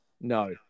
No